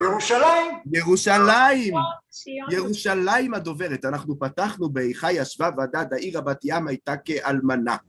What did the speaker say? ירושלים, ירושלים, ירושלים הדוברת, אנחנו פתחנו באיכה ישבה בדד, העיר בת ימה הייתה כאלמנה.